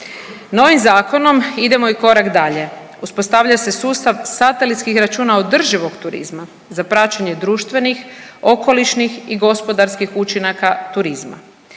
Novim zakonom idemo i korak dalje. Uspostavlja se sustav satelitskih računa održivog turizma za praćenje društvenih, okolišnih i gospodarskih učinaka turizma.